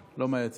בכלל לדון בחוק